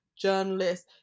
journalists